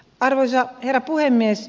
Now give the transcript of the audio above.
arvoisa herra puhemies